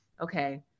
okay